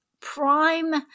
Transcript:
prime